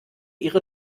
ihre